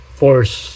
force